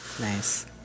Nice